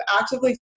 actively